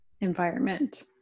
environment